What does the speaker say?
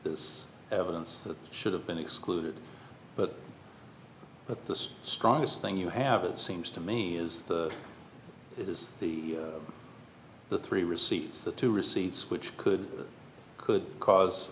this evidence that should have been excluded but but the strongest thing you have it seems to me is is the the three receipts the two receipts which could could cause